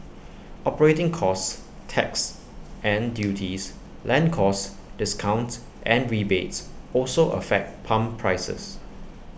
operating costs taxes and duties land costs discounts and rebates also affect pump prices